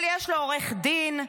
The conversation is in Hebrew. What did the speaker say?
אבל יש לו עורך דין,